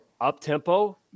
up-tempo